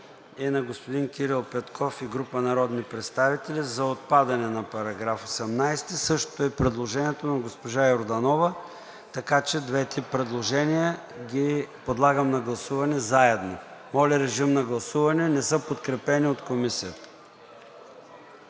е на господин Кирил Петков и група народни представители за отпадане на § 18, същото е и предложението на госпожа Йорданова, така че двете предложения ги подлагам на гласуване заедно. Не са подкрепени от Комисията.